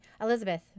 Elizabeth